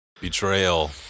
Betrayal